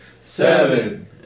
seven